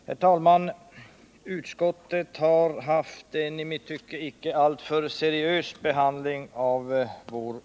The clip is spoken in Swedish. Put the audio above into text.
Herr talman! Utskottet har givit vår motion en i mitt tycke icke alltför seriös behandling.